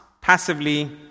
passively